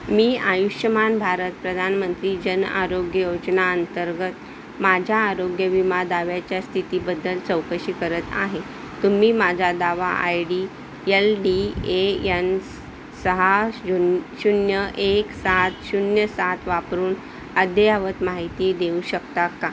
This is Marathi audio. मी आयुष्यमान भारत प्रधानमंत्री जनआरोग्य योजनेअंतर्गत माझ्या आरोग्य विमा दाव्याच्या स्थितीबद्दल चौकशी करत आहे तुम्ही माझा दावा I D L D A N S सहा शून शून्य एक सात शून्य सात वापरून अद्ययावत माहिती देऊ शकता का